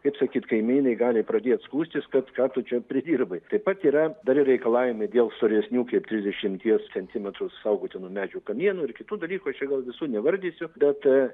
kaip sakyt kaimynai gali pradėt skųstis kad ką tu čia pridirbai taip pat yra dar ir reikalavimai dėl storesnių kaip trisdešimties centimetrų saugotinų medžių kamienų ir kitų dalykų čia gal visų nevardysiu bet